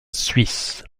suisse